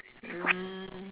um